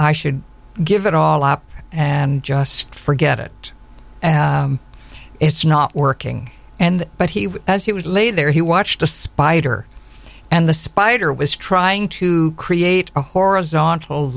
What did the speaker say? i should give it all up and just forget it it's not working and but he would as he was lay there he watched a spider and the spider was trying to create a horizontal